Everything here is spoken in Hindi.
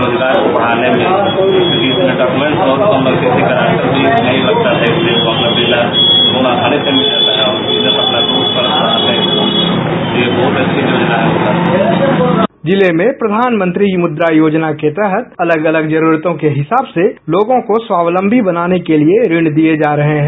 बाइट कौशल किशोर जिले में प्रधानमंत्री मुद्रा योजना के तहत अलग अलग जरुरतों के हिसाब से लोगों को स्वावलंबी बनाने के लिए ऋण दिये जा रहे हैं